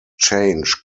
change